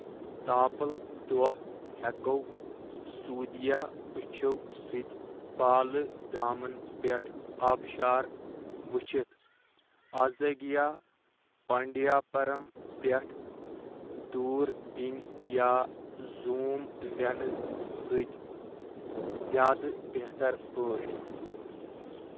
تاپلۍ دوہ ہیٚكو سوٗدیہ اچھو٘ سٕتۍ بالہٕ دامن پٮ۪ٹھ آبشار وٕچھِتھ، ازاگِیا پانڈیاپَرم پٮ۪ٹھ دوُر بینہِ یا زوُم لینزٕ سٕتۍ زیادٕ بہتر پٲٹھۍ